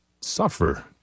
suffer